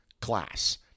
class